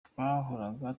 twahoraga